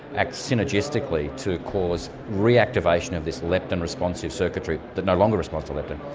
acts synergistically to cause reactivation of this leptin responsive circuitry that no longer responds to leptin.